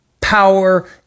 power